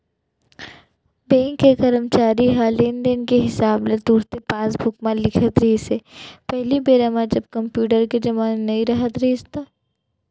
bank के करमचारी ह लेन देन के हिसाब ल तुरते पासबूक म लिखत रिहिस हे पहिली बेरा म जब कम्प्यूटर के जमाना नइ राहत रिहिस हे ता